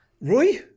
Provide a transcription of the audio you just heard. Roy